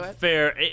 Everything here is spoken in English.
fair